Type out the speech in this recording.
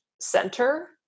center